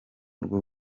rw’u